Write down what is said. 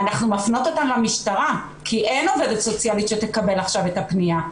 ואנחנו מפנות אותן למשטרה כי אין עובדת סוציאלית שתקבל עכשיו את הפנייה.